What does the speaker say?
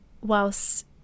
whilst